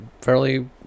fairly